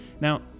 Now